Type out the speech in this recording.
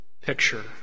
picture